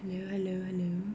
hello hello hello